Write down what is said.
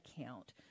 account